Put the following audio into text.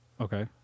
Okay